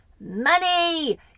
money